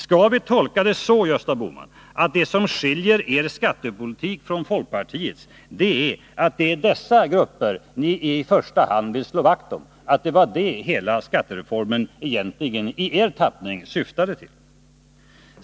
Skall vi, Gösta Bohman, tolka det så att vad som skiljer er skattepolitik från folkpartiets är att ni i första hand vill slå vakt om dessa grupper, att det var det som hela skattereformen i er tappning syftade till?